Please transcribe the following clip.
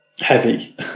heavy